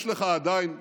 יש לך עדיין הזדמנות.